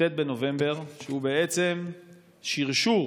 כ"ט בנובמבר, שהוא בעצם שרשור